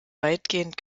weitgehend